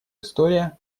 история